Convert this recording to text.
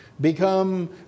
become